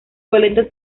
boletos